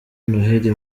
noheli